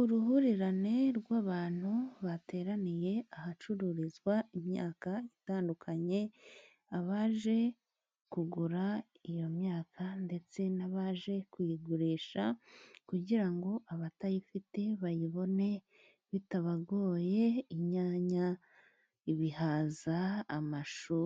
Uruhurirane rw'abantu bateraniye ahacururizwa imyaka itandukanye, abaje kugura iyo myaka ndetse n'abaje kuyigurisha kugira ngo abatayifite bayibone bitabagoye inyanya, ibihaza, amashu